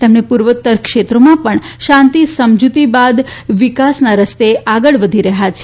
તેમજ પૂર્વોતર ક્ષેત્રો પણ શાંતિસમજૂતી બાદ વિકાસના રસ્તે આગળ વધી રહ્યા છે